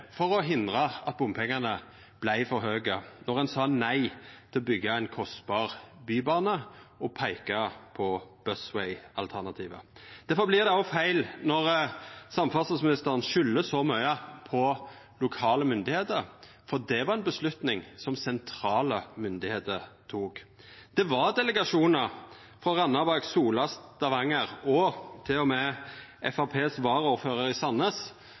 for å hindra at bompengane vart for høge då ein sa nei til å byggja ein kostbar bybane og peika på Busway-alternativet. Difor vert det òg feil når samferdselsministeren skuldar så mykje på lokale myndigheiter, for det var ei avgjerd som sentrale myndigheiter tok. Delegasjonar frå Randaberg, Sola og Stavanger – og til og med Framstegspartiets varaordførar i